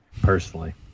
Personally